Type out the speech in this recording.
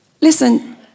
Listen